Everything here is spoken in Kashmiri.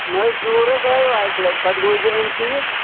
نہ حظ گیوٗر حظ آیو اَکہِ لٹہِ پَتہٕ گوٚوُس بہٕ أمسٕے نِش